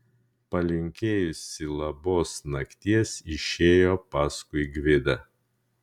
palinkėjusi labos nakties išėjo paskui gvidą